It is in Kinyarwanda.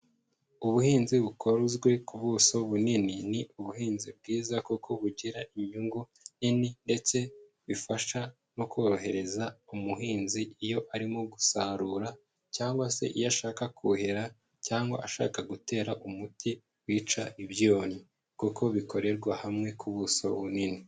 Ubuhinzi bukozwe ku buso bunini, ni ubuhinzi bwiza kuko bugira inyungu nini ndetse bifasha no korohereza umuhinzi iyo arimo gusarura cyangwa se iyo ashaka kuhira cyangwa ashaka gutera umuti wica ibyonnyi, kuko bikorerwa hamwe ku buso bunini.